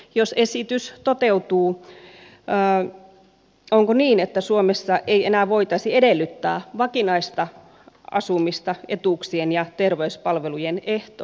jos esitys toteutuu onko niin että suomessa ei enää voitaisi edellyttää vakinaista asumista etuuksien ja terveyspalvelujen ehtona